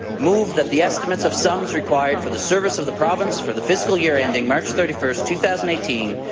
move that the estimates of sums required for the service of the province for the fiscal year ending march thirty first, two thousand and eighteen,